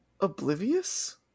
oblivious